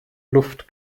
luft